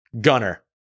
Gunner